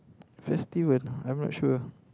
festival I'm not sure